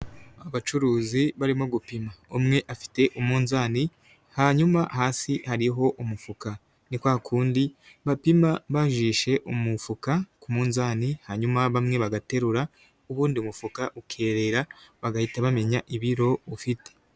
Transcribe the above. Abacuruzi barimo gupima, umwe afite umunzani hanyuma hasi hariho umufuka ni kwa kundi bapima bajishe umufuka ku munzani hanyuma bamwe bagaterura ubundi umufuka ukerera bagahita bamenya ibiro ufite.